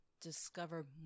discover